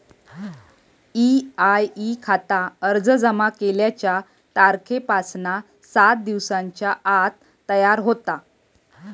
EIE खाता अर्ज जमा केल्याच्या तारखेपासना सात दिवसांच्या आत तयार होता